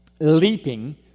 leaping